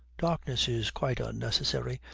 darkness is quite unnecessary,